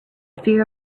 fear